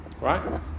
Right